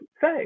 say